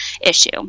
issue